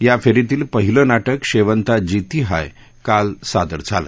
या फेरीतील पहिल नाटक शेंवता जिती हाय काल सादर झालं